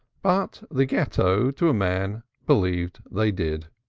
but the ghetto to a man believed they did,